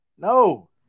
No